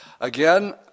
Again